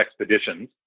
Expeditions